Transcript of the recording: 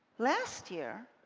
last year,